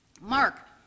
Mark